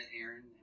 Aaron